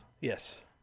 Yes